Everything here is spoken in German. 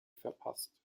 verpasst